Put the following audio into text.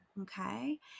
Okay